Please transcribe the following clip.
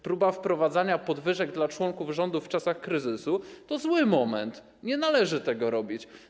Próba wprowadzania podwyżek dla członków rządu w czasach kryzysu to zły moment, nie należy tego robić.